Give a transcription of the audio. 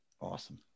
Awesome